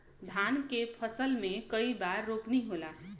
धान के फसल मे कई बार रोपनी होला?